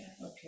okay